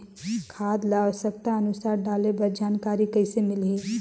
खाद ल आवश्यकता अनुसार डाले बर जानकारी कइसे मिलही?